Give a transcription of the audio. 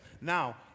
now